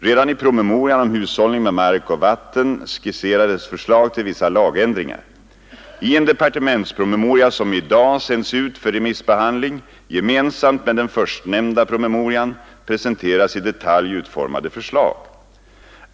Redan i promemorian om hushållning med mark och vatten skisserades förslag till vissa lagändringar. I en departementspromemoria som i dag sänds ut för remissbehandling gemensamt med den förstnämnda promemorian presenteras i detalj utformade förslag.